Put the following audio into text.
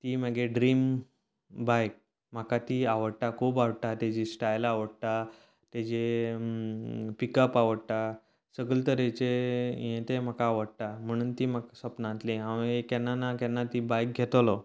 ती म्हागे ड्रीम बायक म्हाका ती आवडटा खूब आवडटा तेची स्टायल आवडटा तेजे पीक अप आवडटा सगळें तरेचें हें तें म्हाका आवडटा म्हणून ती म्हाका सपनांतली हांव हें केन्ना ना केन्ना ती बायक घेतलो